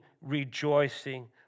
rejoicing